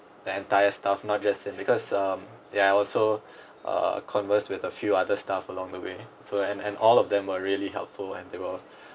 the entire staff not just him because um yeah I also uh conversed with a few other staff along the way so and and all of them are really helpful and they were